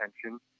attention